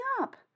up